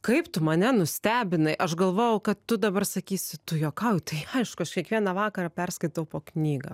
kaip tu mane nustebinai aš galvojau kad tu dabar sakysi tu juokauji tai aišku aš kiekvieną vakarą perskaitau po knygą